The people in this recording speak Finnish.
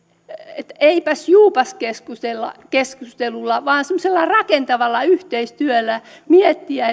ei eipäs juupas keskustelulla vaan semmoisella rakentavalla yhteistyöllä miettiä